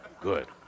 good